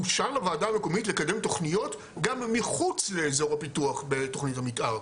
אושר לוועדה המקומית לקדם תוכניות גם מחוץ לאזור הפיתוח בתוכנית המתאר,